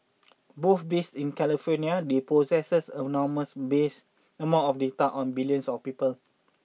both based in California they possess enormous mix amount of data on billions of people